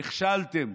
נכשלתם.